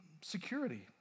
security